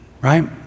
right